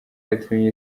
yatumye